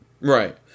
Right